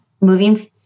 Moving